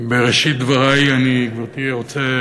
בראשית דברי אני, גברתי, רוצה